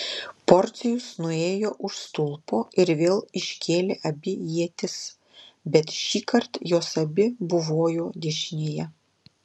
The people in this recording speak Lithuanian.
porcijus nuėjo už stulpo ir vėl iškėlė abi ietis bet šįkart jos abi buvojo dešinėje